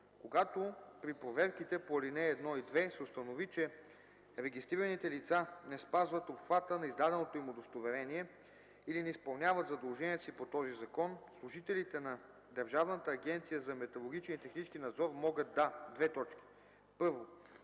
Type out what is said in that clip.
Когато при проверките по ал. 1 и 2 се установи, че регистрираните лица не спазват обхвата на издаденото им удостоверение или не изпълняват задълженията си по този закон, служителите на Държавната агенция за